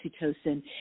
oxytocin